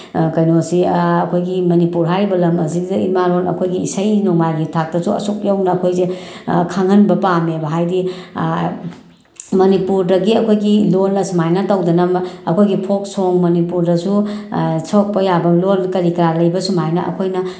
ꯀꯩꯅꯣꯁꯤ ꯑꯩꯈꯣꯏꯒꯤ ꯃꯅꯤꯄꯨꯔ ꯍꯥꯏꯔꯤꯕ ꯂꯝ ꯑꯁꯤꯗ ꯏꯃꯥꯂꯣꯜ ꯑꯩꯈꯣꯏꯒꯤ ꯏꯁꯩ ꯅꯣꯡꯃꯥꯏꯒꯤ ꯊꯥꯛꯇꯁꯨ ꯑꯁꯨꯛ ꯌꯧꯅ ꯑꯩꯈꯣꯏꯁꯦ ꯈꯪꯍꯟꯕ ꯄꯥꯝꯃꯦꯕ ꯍꯥꯏꯗꯤ ꯃꯅꯤꯄꯨꯔꯗꯒꯤ ꯑꯩꯈꯣꯏꯒꯤ ꯂꯣꯜꯅ ꯁꯨꯃꯥꯏꯅ ꯇꯧꯗꯅ ꯑꯩꯈꯣꯏꯒꯤ ꯐꯣꯛ ꯁꯣꯡ ꯃꯅꯤꯄꯨꯔꯗꯁꯨ ꯁꯣꯛꯄ ꯌꯥꯕ ꯂꯣꯜ ꯀꯔꯤ ꯀꯔꯥ ꯂꯩꯕ ꯁꯨꯃꯥꯏꯅ ꯑꯩꯈꯣꯏꯅ